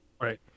right